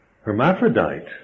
hermaphrodite